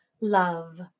Love